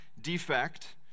defect